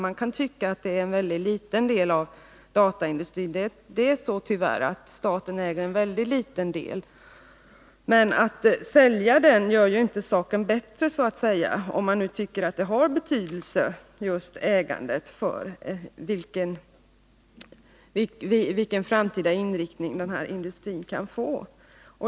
Det är tyvärr en väldigt liten del av dataindustrin som staten äger, men att man säljer den gör ju inte saken bättre, om vi nu tycker att ägandet har betydelse för den framtida inriktningen av industrin.